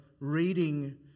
Reading